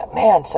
man